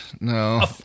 no